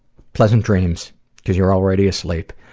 pleasant dreams cause you're already asleep.